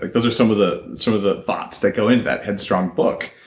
like those are some of the sort of the thoughts that go into that headstrong book,